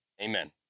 amen